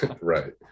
Right